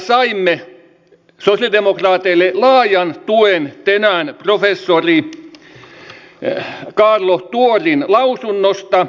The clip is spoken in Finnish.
saimme sosialidemokraateille laajan tuen tänään professori kaarlo tuorin lausunnosta